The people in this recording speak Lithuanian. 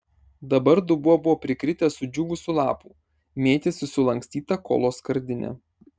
dabar dubuo buvo prikritęs sudžiūvusių lapų mėtėsi sulankstyta kolos skardinė